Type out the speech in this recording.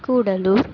Gudalur